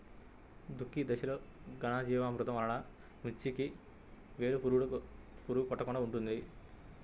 దుక్కి దశలో ఘనజీవామృతం వాడటం వలన మిర్చికి వేలు పురుగు కొట్టకుండా ఉంటుంది?